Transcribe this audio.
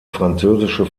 französische